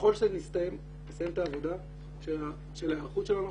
ככל שנסיים את העבודה של ההיערכות שלנו,